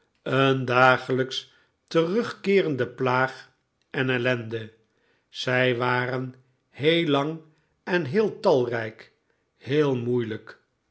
een dagelijks terugkeerende plaag en ellende zij waren heel lang en heel talrijk heel moeilijk